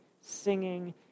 singing